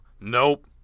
Nope